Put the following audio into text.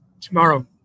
tomorrow